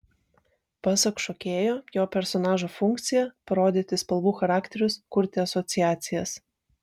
pasak šokėjo jo personažo funkcija parodyti spalvų charakterius kurti asociacijas